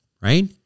right